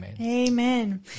Amen